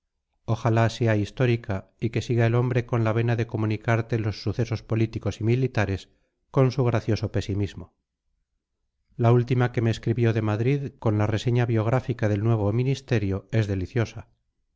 ojalá sea histórica y que siga el hombre con la vena de comunicarte los sucesos políticos y militares con su gracioso pesimismo la última que me escribió de madrid con la reseña biográfica del nuevo ministerio es deliciosa